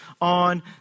on